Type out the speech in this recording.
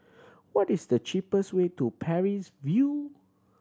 what is the cheapest way to Parries View